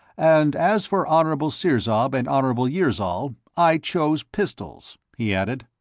and as for honorable sirzob and honorable yirzol, i chose pistols, he added.